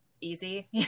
easy